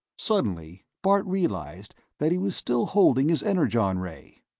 suddenly, bart realized that he was still holding his energon-ray.